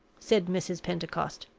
said mrs. pentecost.